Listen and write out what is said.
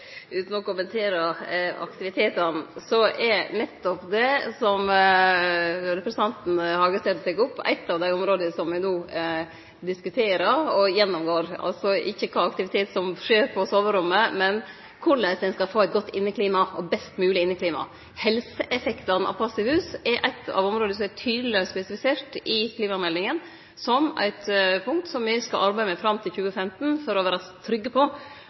Utan at eg vil kommentere aktivitetane, er nettopp det som representanten Hagesæter tek opp, eit av dei områda som me no diskuterer og gjennomgår – altså ikkje kva for aktivitet som skjer på soverommet, men korleis ein skal få eit godt inneklima, eit best mogleg inneklima. Helseeffektane av passivhus er eit av områda som er tydeleg spesifisert i klimameldinga som eit punkt som me skal arbeide med fram til 2015, for å vere trygge på